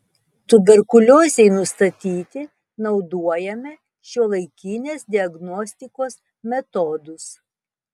tuberkuliozei nustatyti naudojame šiuolaikinės diagnostikos metodus